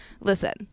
listen